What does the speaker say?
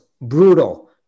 brutal